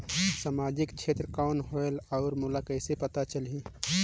समाजिक क्षेत्र कौन होएल? और मोला कइसे पता चलही?